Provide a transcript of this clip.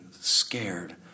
scared